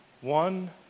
One